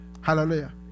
Hallelujah